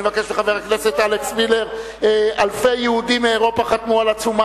אני מבקש מחבר הכנסת אלכס מילר לבוא לכאן.